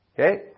okay